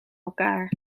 elkaar